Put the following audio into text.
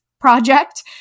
project